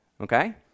okay